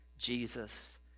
Jesus